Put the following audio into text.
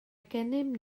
gennym